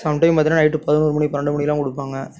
sometime எதுனா night பதினோரு பன்னெண்டு மணிக்கெல்லாம் கொடுப்பாங்க